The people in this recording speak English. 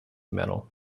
metal